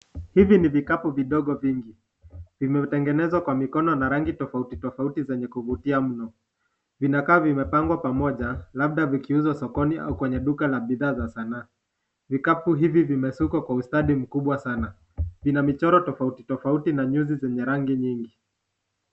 Hivi ni vikapu vidogo vingi vimetengenezwa kwa mikono na rangi tofauti tofauti zenye kuvutia mno vinakaa vimepangwa pamoja labda vikuuzwa sokoni au kwenye duka la bidhaa za sanaa, vikapu hivi vimesukwa kwa ustadi mkubwa sana vina michoro tofauti tofauti na nyuzi zenye rangi nyingi.